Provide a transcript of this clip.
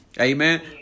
Amen